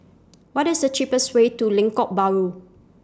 What IS The cheapest Way to Lengkok Bahru